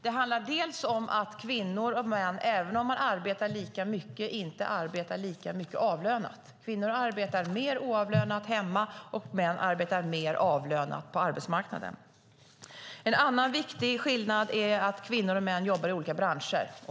Det handlar för det första om att kvinnor och män, även om de arbetar lika mycket, inte arbetar lika mycket avlönat. Kvinnor arbetar mer oavlönat hemma, och män arbetar mer avlönat på arbetsmarknaden. För det andra är en viktig skillnad att kvinnor och män jobbar i olika branscher.